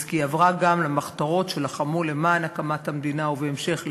ז'בוטינסקי עברה גם למחתרות שלחמו למען הקמת המדינה ובהמשך לצה"ל.